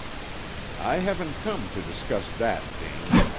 i haven't come to discuss that, jane.